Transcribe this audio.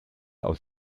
aus